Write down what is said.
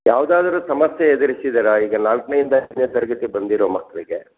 ಯಾವುದಾದ್ರು ಸಮಸ್ಯೆ ಎದುರಿಸಿದ್ದೀರಾ ಈಗ ನಾಲ್ಕನೇ ಇಂದ ಐದನೇ ತರಗತಿಗೆ ಬಂದಿರೋ ಮಕ್ಕಳಿಗೆ